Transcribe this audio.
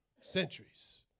centuries